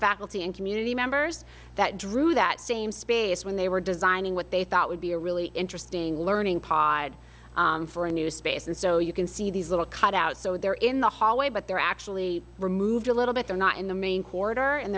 faculty and community members that drew that same space when they were designing what they thought would be a really interesting learning pod for a new space and so you can see these little cutout so they're in the hallway but they're actually removed a little bit they're not in the main corridor and